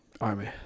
Army